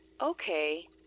okay